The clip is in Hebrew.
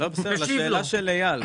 לשאלה של אייל.